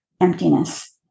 emptiness